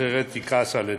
אחרת הוא יכעס עלינו.